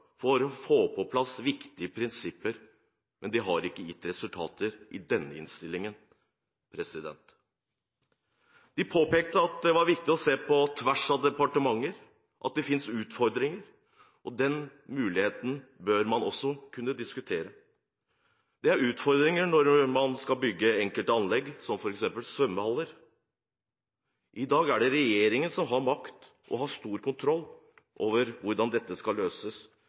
for å få på plass viktige prinsipper – men det har ikke gitt resultater i denne innstillingen. Vi påpekte at det var viktig å se på tvers av departementer, at det finnes utfordringer. Den muligheten bør man også kunne diskutere. Det er utfordringer når man skal bygge enkelte anlegg, som f.eks. svømmehaller. I dag er det regjeringen som har makt og stor kontroll over hvordan dette skal løses,